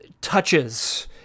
touches